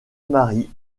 marie